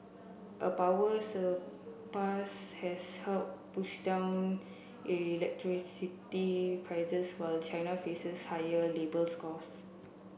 a power surplus has helped push down electricity prices while China faces higher labours costs